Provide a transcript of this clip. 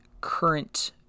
current